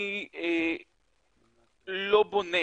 אני לא בונה